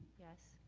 yes,